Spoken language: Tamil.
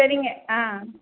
சரிங்க ஆ